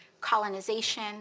colonization